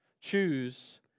Choose